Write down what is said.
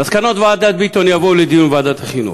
מסקנות ועדת ביטון יובאו לדיון בוועדת החינוך.